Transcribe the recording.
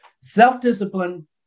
Self-discipline